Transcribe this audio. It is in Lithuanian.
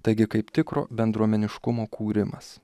taigi kaip tikro bendruomeniškumo kūrimas